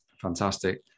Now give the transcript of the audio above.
Fantastic